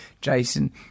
Jason